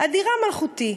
/ אדירה מלכותי,